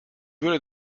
würde